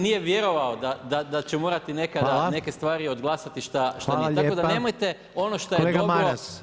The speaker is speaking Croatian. Nije vjerovao da će morati nekada neke stvari odglasati [[Upadica Reiner: Hvala lijepo.]] Tako da nemojte ono što je dobro